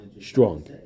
strong